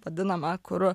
vadinamą kur